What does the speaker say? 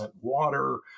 water